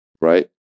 Right